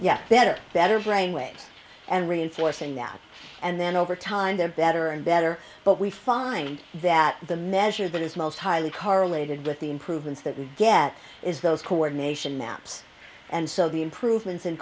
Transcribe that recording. waves and reinforcing that and then over time they're better and better but we find that the measure that is most highly correlated with the improvements that we get is those coordination maps and so the improvements in